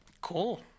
Cool